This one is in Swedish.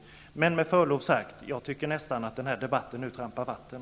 Jag tycker med förlov sagt nästan att den här debatten nu trampar vatten.